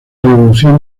revolución